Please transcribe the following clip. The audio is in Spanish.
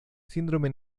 síndrome